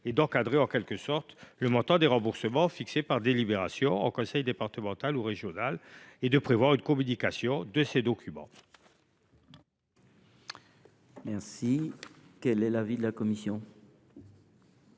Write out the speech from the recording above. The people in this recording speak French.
en encadrant le montant des remboursements fixés par délibération en conseil départemental ou régional et en prévoyant une communication de ces documents.